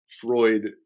Freud